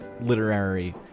literary